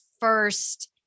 first